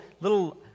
little